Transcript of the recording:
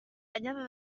anyada